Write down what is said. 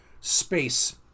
space